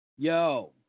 Yo